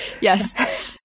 Yes